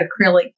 acrylic